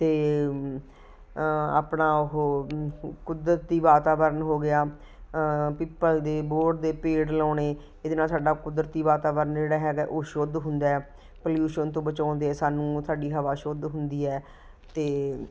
ਅਤੇ ਆਪਣਾ ਉਹ ਕੁਦਰਤੀ ਵਾਤਾਵਰਨ ਹੋ ਗਿਆ ਪਿੱਪਲ ਦੇ ਬੋਹੜ ਦੇ ਪੇੜ ਲਾਉਣੇ ਜਿਹਦੇ ਨਾਲ ਸਾਡਾ ਕੁਦਰਤੀ ਵਾਤਾਵਰਨ ਜਿਹੜਾ ਹੈਗਾ ਉਹ ਸ਼ੁੱਧ ਹੁੰਦਾ ਪੋਲਿਊਸ਼ਨ ਤੋਂ ਬਚਾਉਂਦੇ ਹੈ ਸਾਨੂੰ ਸਾਡੀ ਹਵਾ ਸ਼ੁੱਧ ਹੁੰਦੀ ਹੈ ਅਤੇ